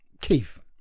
Keith